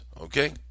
okay